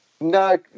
No